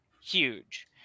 Huge